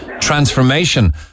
Transformation